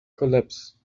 collapsed